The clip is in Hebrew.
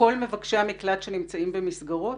כל מבקשי המקלט שנמצאים במסגרות?